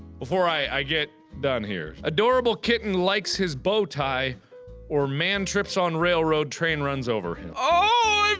before i, i get done here adorable kitten likes his bowtie or man trips on railroad, train runs over him ah